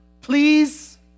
Please